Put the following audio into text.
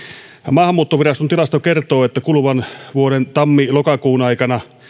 maahanmuuttoviraston tilasto kertoo että kuluvan vuoden tammi lokakuun aikana